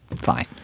fine